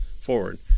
forward